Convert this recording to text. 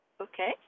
Okay